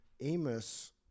Amos